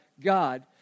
God